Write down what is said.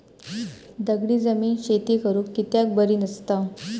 दगडी जमीन शेती करुक कित्याक बरी नसता?